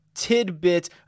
tidbit